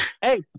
Hey